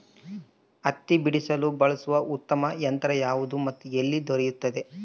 ಹತ್ತಿ ಬಿಡಿಸಲು ಬಳಸುವ ಉತ್ತಮ ಯಂತ್ರ ಯಾವುದು ಮತ್ತು ಎಲ್ಲಿ ದೊರೆಯುತ್ತದೆ?